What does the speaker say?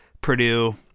Purdue